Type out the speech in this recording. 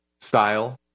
style